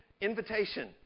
invitation